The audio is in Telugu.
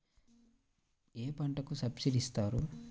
ఏ పంటకు సబ్సిడీ ఇస్తారు?